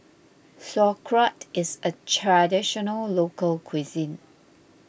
Sauerkraut is a Traditional Local Cuisine